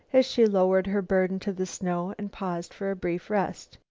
as she lowered her burden to the snow and paused for a brief rest.